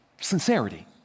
sincerity